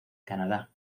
canadá